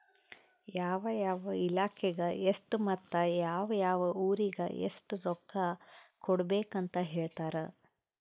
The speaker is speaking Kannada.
ಯಾವ ಯಾವ ಇಲಾಖೆಗ ಎಷ್ಟ ಮತ್ತ ಯಾವ್ ಯಾವ್ ಊರಿಗ್ ಎಷ್ಟ ರೊಕ್ಕಾ ಕೊಡ್ಬೇಕ್ ಅಂತ್ ಹೇಳ್ತಾರ್